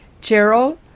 Gerald